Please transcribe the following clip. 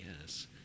yes